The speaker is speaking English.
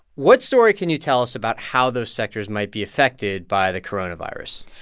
what story can you tell us about how those sectors might be affected by the coronavirus?